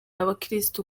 abakirisitu